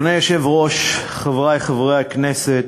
אדוני היושב-ראש, חברי חברי הכנסת,